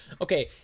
okay